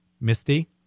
Misty